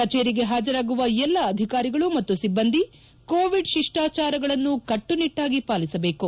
ಕಚೇರಿಗೆ ಹಾಜರಾಗುವ ಎಲ್ಲಾ ಅಧಿಕಾರಿಗಳು ಮತ್ತು ಸಿಬ್ಬಂದಿ ಕೋವಿಡ್ ಶಿಷ್ಠಾಚಾರಗಳನ್ನು ಕಟ್ಟುನಿಟ್ಟಾಗಿ ಪಾಲಿಸಬೇಕು